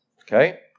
Okay